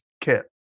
kit